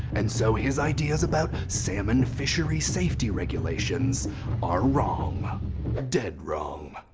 and so his ideas about salmon fishery safety regulations are wrong dead wrong.